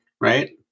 Right